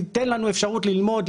תיתן לנו אפשרות ללמוד ,